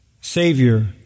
Savior